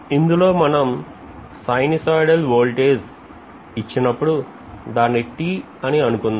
ఇందులో మనం sinusoidal voltage ఇచ్చినప్పుడు దాన్ని t అని అనుకుందాం